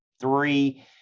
three